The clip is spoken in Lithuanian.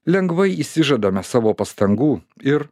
lengvai išsižadame savo pastangų ir